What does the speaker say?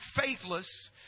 faithless